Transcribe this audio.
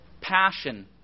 passion